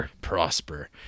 Prosper